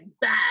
bad